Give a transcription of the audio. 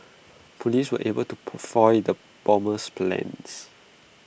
Police were able to foil the bomber's plans